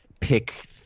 pick